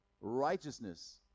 Righteousness